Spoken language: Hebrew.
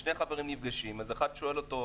שני חברים נפגשים, אז אחד שואל את השני: